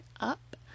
up